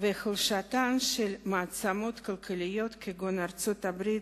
ובהחלשתן של מעצמות כלכליות כגון ארצות-הברית,